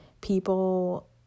people